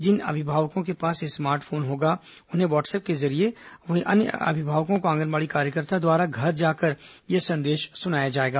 जिन अभिभावकों के पास स्मार्ट फोन होगा उन्हें व्हाट्सअप के जरिये वहीं अन्य अभिभावकों को आंगनबाड़ी कार्यकर्ता द्वारा घर जाकर संदेश सुनाया जाएगा